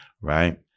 right